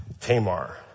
Tamar